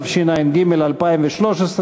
התשע"ג 2013,